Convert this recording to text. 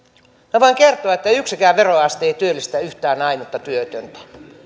minä voin kertoa että yksikään veroaste ei työllistä yhtään ainutta työtöntä